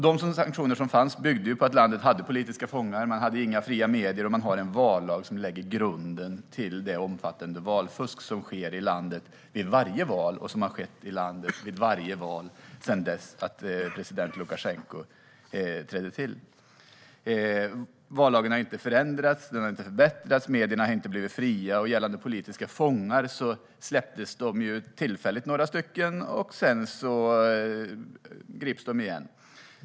De sanktioner som fanns byggde på att landet hade politiska fångar, saknade fria medier och hade en vallag som lade grunden till det omfattande valfusk som sker och har skett i landet vid varje val sedan president Lukasjenko tillträdde. Vallagen har sedan dess inte förändrats eller förbättrats. Medierna har inte blivit fria. Gällande politiska fångar var det några som tillfälligt släpptes; sedan greps de igen.